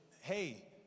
hey